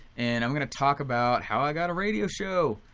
and i'm gonna talk about how i got a radio show,